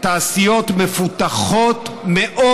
תעשיות מפותחות מאוד,